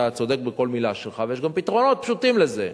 אתה צודק בכל מלה שלך, ויש גם פתרונות פשוטים לזה.